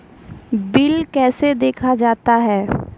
Bill कैसे देखा जाता हैं?